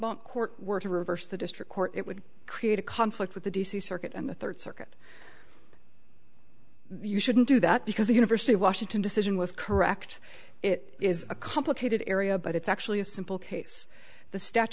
boat court were to reverse the district court it would create a conflict with the d c circuit and the third circuit you shouldn't do that because the university of washington decision was correct it is a complicated area but it's actually a simple case the stat